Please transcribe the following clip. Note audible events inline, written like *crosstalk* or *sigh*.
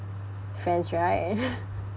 friends right *laughs*